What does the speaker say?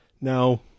Now